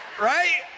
right